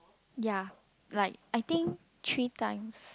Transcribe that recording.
ya like I think three times